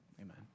amen